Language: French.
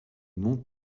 monts